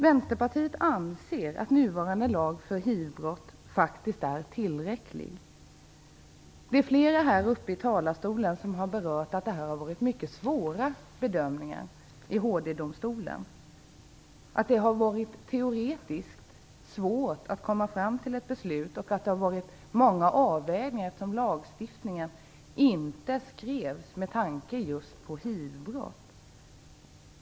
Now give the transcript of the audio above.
Vänsterpartiet anser att nuvarande lag om hivbrott faktiskt är tillräcklig. Flera talare har sagt att det har varit mycket svåra bedömningar i HD, att det teoretiskt har varit svårt att komma fram till ett beslut och att det har varit många svåra avvägningar eftersom lagen inte skrevs med just tanke på hivbrott.